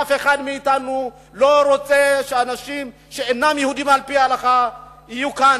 אף אחד מאתנו לא רוצה שאנשים שאינם יהודים על-פי ההלכה יהיו כאן,